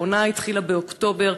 העונה התחילה באוקטובר,